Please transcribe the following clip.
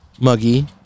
Muggy